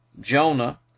Jonah